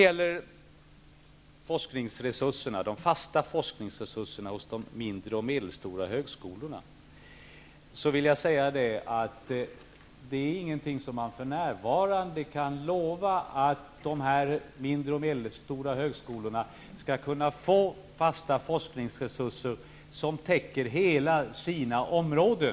För närvarande kan man inte lova att de mindre och medelstora högskolorna skall kunna få fasta forskningsresurser som täcker hela deras områden.